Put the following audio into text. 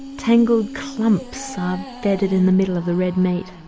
tangled clumps are embedded in the middle of the red meat.